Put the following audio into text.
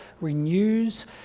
renews